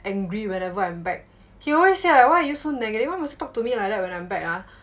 angry wherever I'm back he always like why you so negative why must you to talk to me like that when I'm back ah